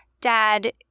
dad